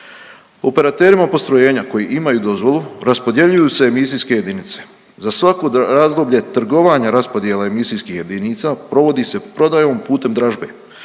Operaterima postrojenja koji imaju dozvolu raspodjeljuju se emisijske jedinice, za svako razdoblje trgovanja raspodjela emisijskih jedinica provodi se prodajom putem dražbe.